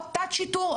או תת שיטור,